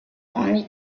only